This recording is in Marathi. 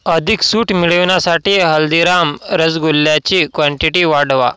अधिक सूट मिळविण्यासाठी हल्दीराम रसगुल्ल्याची क्वांटिटी वाढवा